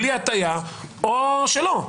בלי הטיה או שלא.